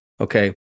okay